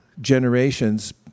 generations